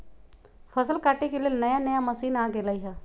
फसल काटे के लेल नया नया मशीन आ गेलई ह